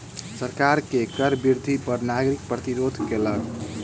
सरकार के कर वृद्धि पर नागरिक प्रतिरोध केलक